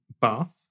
Bath